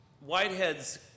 Whitehead's